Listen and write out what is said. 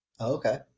Okay